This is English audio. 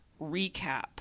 recap